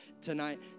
tonight